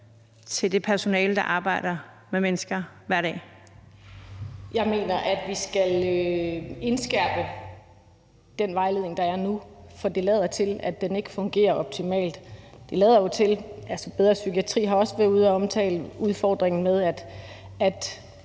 til det personale, der arbejder med mennesker hver dag? Kl. 12:28 Louise Brown (LA): Jeg mener, at vi skal indskærpe den vejledning, der er nu, for det lader til, at den ikke fungerer optimalt. Bedre Psykiatri har også været ude at omtale udfordringen med